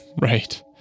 Right